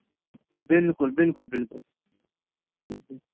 بالکل بالکل بالکل ٹھیک ہے